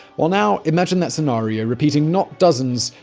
well, now imagine that scenario repeating not dozens,